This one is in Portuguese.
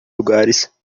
lugares